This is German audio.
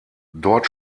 dort